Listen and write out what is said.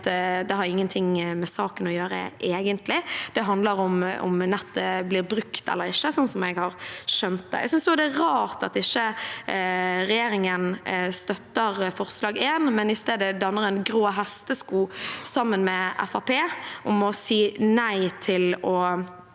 det egentlig ingenting med saken å gjøre. Det handler om hvorvidt nettet blir brukt eller ikke, sånn jeg har skjønt det. Jeg syns også det er rart at regjeringen ikke støtter forslag nr. 1, men i stedet danner en grå hestesko sammen med Fremskrittspartiet